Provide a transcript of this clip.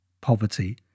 poverty